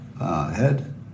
head